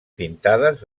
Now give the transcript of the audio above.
pintades